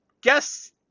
guess